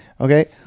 Okay